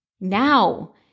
now